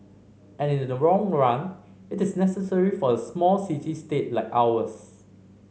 and in the long run it is necessary for a small city state like ours